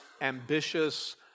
ambitious